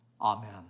Amen